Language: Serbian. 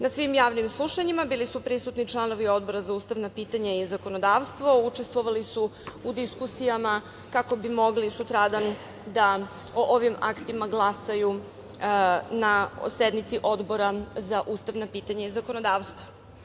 Na svim javnim slušanjima bili su prisutni članovi Odbora za ustavna pitanja i zakonodavstvo, učestvovali su u diskusijama kako bi mogli sutradan da o ovim aktima glasaju na sednici Odbora za ustavna pitanja i zakonodavstvo.